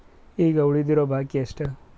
ಈಗ ಉಳಿದಿರೋ ಬಾಕಿ ಎಷ್ಟು?